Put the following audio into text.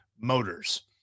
Motors